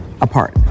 apart